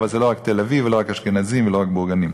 אבל זה לא רק תל-אביב ולא רק אשכנזים ולא רק בורגנים.